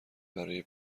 برای